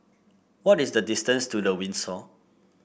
what is the distance to The Windsor